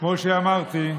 כמו שאמרתי,